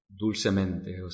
dulcemente